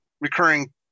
recurring